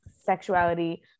sexuality